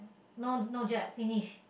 no no jab finish